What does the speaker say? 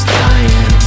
dying